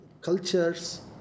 Cultures